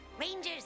Rangers